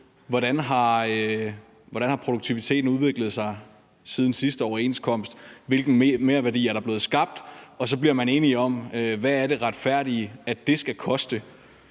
hvordan produktiviteten har udviklet sig siden sidste overenskomst, og hvilken merværdi der er blevet skabt, og så bliver man enige om, hvad det retfærdige er det skal koste